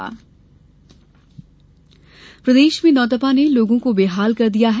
मौसम गर्मी प्रदेश में नौतपा ने लोगों को बेहाल कर दिया है